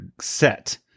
set